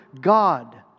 God